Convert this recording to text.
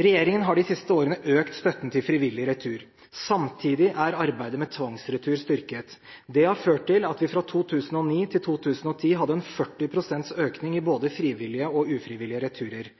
Regjeringen har de siste årene økt støtten til frivillig retur. Samtidig er arbeidet med tvangsretur styrket. Det har ført til at vi fra 2009 til 2010 hadde en 40 pst. økning i både frivillige og ufrivillige